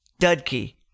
Dudkey